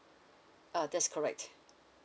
uh that's correct